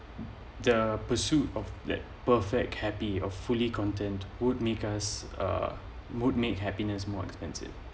the pursuit of the perfect happy of fully content would make us a mode make happiness more expensive